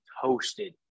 toasted